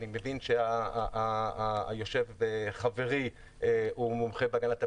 אני מבין שחברי הוא מומחה בהגנת הפרטיות,